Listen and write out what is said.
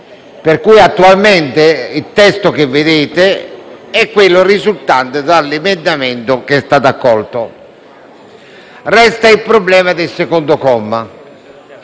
per cui attualmente il testo che vedete è quello risultante dalla modifica che è stata accolta. Resta il problema del secondo comma.